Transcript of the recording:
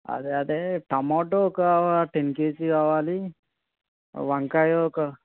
అదే అదే టమాట ఒక టెన్ కేజీ కావాలి వంకాయ ఒక